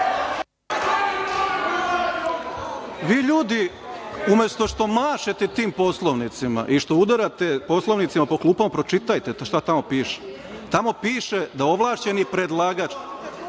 Vi ljudi umesto što mašete tim Poslovnicima i što udarate Poslovnicima po klupama, pročitajte šta tamo piše. Tamo piše da ovlašćeni predlagač…(Narodni